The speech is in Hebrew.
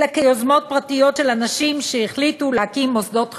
אלא כיוזמות פרטיות של אנשים שהחליטו להקים מוסדות חינוך.